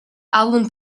allen